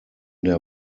der